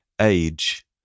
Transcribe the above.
Age